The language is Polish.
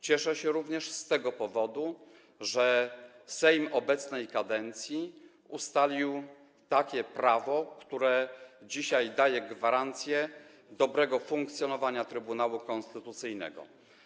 Cieszę się również z tego powodu, że Sejm obecnej kadencji ustalił takie prawo, które dzisiaj daje gwarancję dobrego funkcjonowania Trybunału Konstytucyjnego.